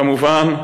כמובן,